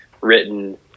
written